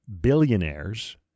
billionaires